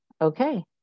Okay